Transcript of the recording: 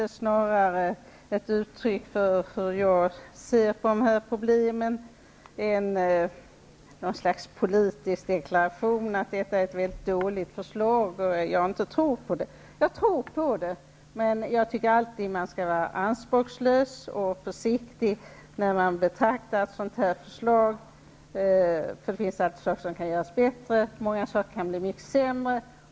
Det är mera ett uttryck för hur jag ser på de här problemen än ett slags politisk deklaration att det är fråga om ett väldigt dåligt förslag som jag inte tror på. Jag tror förvisso på förslaget. Men jag tycker att man alltid skall vara anspråkslös och försiktig när man betraktar ett sådant här förslag. Det finns alltid saker som kan göras bättre -- och många saker kan bli mycket sämre.